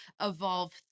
evolve